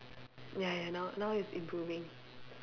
ya ya now now he's improving